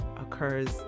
occurs